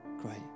great